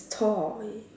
tall he